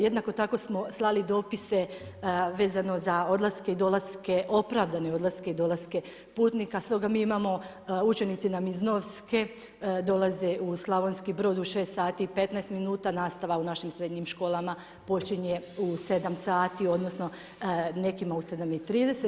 Jednako tako smo slali dopise vezano za odlaske i dolaske, opravdane odlaske i dolaske putnika, stoga mi imamo, učenici nam iz Novske dolaze u Slavonski Brod u 6,15, nastava u našim srednjim školama počinje u 7,00 sati, odnosno nekima u 7,30.